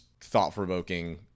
thought-provoking